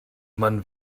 man